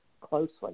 closely